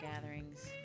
gatherings